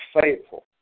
faithful